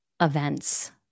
events